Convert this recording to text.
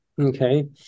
Okay